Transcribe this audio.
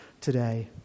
today